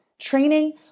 Training